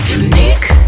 unique